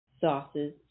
sauces